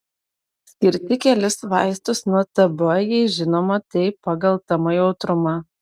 skirti kelis vaistus nuo tb jei žinoma tai pagal tm jautrumą